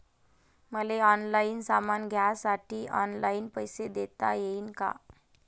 मले ऑनलाईन सामान घ्यासाठी ऑनलाईन पैसे देता येईन का?